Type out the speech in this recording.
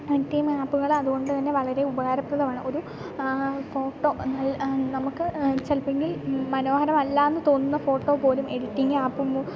editing ആപ്പുകളതു കൊണ്ടു തന്നെ വളരെ ഉപകാരപ്രദമാണ് ഒരു ഫോട്ടോ നൽ നമുക്ക് ചിലപ്പം എങ്കിൽ മനോഹരമല്ലായെന്നു തോന്നുന്ന ഫോട്ടോ പോലും എഡിറ്റിങ്ങ് ആപ്പ് മൂ